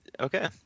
Okay